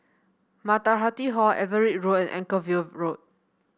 Matahari Hall Everitt Road and Anchorvale Road